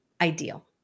ideal